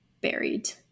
buried